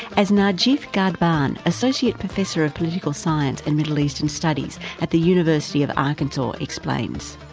as najib ghadbian, associate professor of political science and middle eastern studies, at the university of arkansas explains.